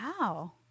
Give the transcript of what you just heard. Wow